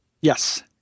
Yes